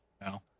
No